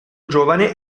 giovane